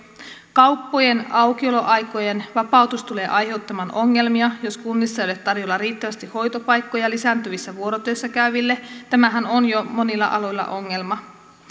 kauppojen aukioloaikojen vapautus tulee aiheuttamaan ongelmia jos kunnissa ei ole tarjolla riittävästi hoitopaikkoja lisääntyvissä vuorotöissä käyville tämähän on jo monilla aloilla ongelma